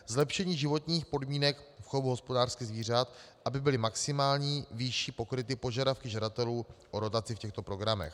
Zlepšení životních podmínek chovu hospodářských zvířat, aby byly v maximální výši pokryty požadavky žadatelů o dotaci v těchto programech.